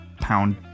Pound